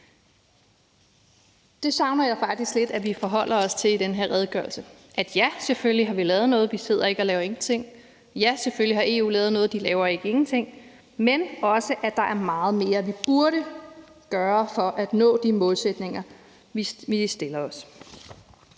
Det savner jeg faktisk lidt at vi forholder os til i den her redegørelse. Ja, selvfølgelig har vi lavet noget; vi sidder ikke og laver ingenting. Ja, selvfølgelig har EU lavet noget; de laver ikke ingenting, Men det er også, at der er meget mere, vi burde gøre for at nå de målsætninger, vi stiller os.